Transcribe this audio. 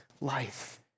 life